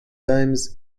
times